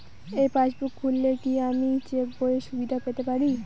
এই পাসবুক খুললে কি আমি চেকবইয়ের সুবিধা পেতে পারি?